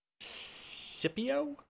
Scipio